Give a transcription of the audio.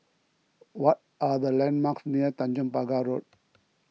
what are the landmarks near Tanjong Pagar Road